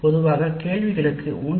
பல வகை மாதிரிகள் உள்ளன